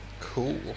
Cool